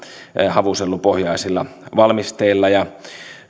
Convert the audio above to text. havusellupohjaisilla valmisteilla ja